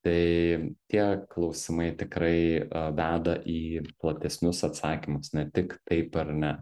tai tie klausimai tikrai veda į platesnius atsakymus ne tik taip ar ne